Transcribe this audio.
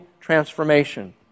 transformation